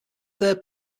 third